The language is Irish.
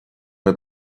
mar